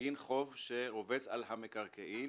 בגין חוב שרובץ על המקרקעין.